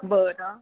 बरं